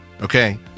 Okay